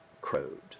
crowed